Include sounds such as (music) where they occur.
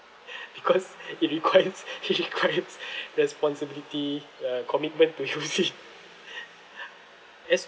(laughs) because (laughs) it requires (laughs) it requires (laughs) the responsibility uh commitment to use it (laughs) as